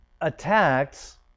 attacks